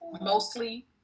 mostly